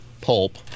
pulp